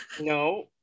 no